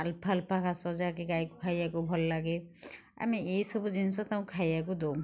ଆଲଫା୍ ଆଲଫା୍ ଘାସ ଯାକି ଗାଈକୁ ଖାଇବାକୁ ଭଲ ଲାଗେ ଆମେ ଏଇସବୁ ଜିନିଷ ତାଙ୍କୁ ଖାଇବାକୁ ଦେଉ